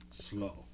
slow